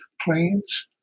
planes